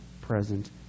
present